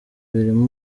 birimo